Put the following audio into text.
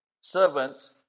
servant